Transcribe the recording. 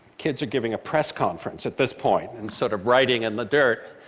kids are giving a press conference at this point, and sort of writing in the dirt.